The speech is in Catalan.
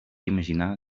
imaginar